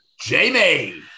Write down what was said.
Jamie